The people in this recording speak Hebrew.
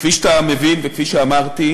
כפי שאתה מבין וכפי שאמרתי,